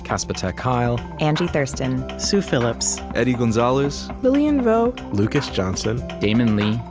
casper ter kuile, angie thurston, sue phillips, eddie gonzalez, lilian vo, lucas johnson, damon lee,